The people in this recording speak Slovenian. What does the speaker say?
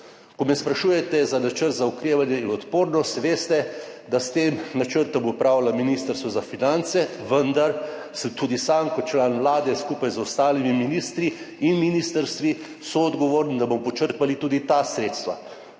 Ko me sprašujete za Načrt za okrevanje in odpornost, veste, da s tem načrtom upravlja Ministrstvo za finance, vendar sem tudi sam kot član Vlade skupaj z ostalimi ministri in ministrstvi soodgovoren, da bomo počrpali tudi ta sredstva.